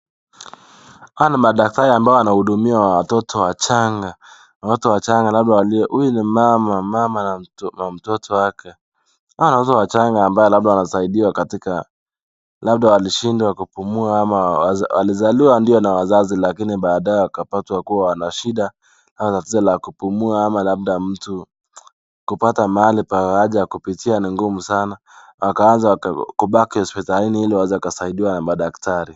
Hawa ni madaktari ambao wanaudhumia watoto wachanga . Watoto wachanga labda walio w... Huyu ni mama mama aliyo na mtoto wake . Watoto wachanga labda wanasaidiwa katika... Labda walishindwa kupumua wazaliwa ndio lakini baadaye wakapatwa kuwa wanashida ama tatizo la kupumua ama labda mtu kupata maali pa haja wakapitia ni ngumu sana wakaanza kubaki hospitalini ili waweze kusaidiwa na madaktari.